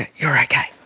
you're okay,